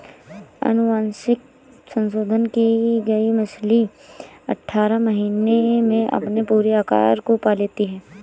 अनुवांशिक संशोधन की गई मछली अठारह महीने में अपने पूरे आकार को पा लेती है